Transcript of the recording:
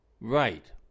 right